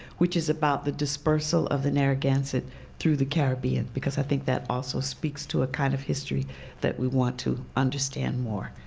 which is about the dispersal of the narragansett through the caribbean. because i think that also speaks to a kind of history that we want to understand more.